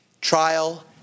trial